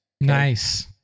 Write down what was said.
Nice